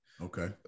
Okay